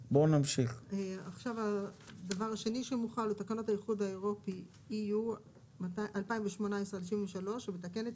הדבר השני שמוחל הוא תקנות האיחוד האירופי 2018/73 ומתקנת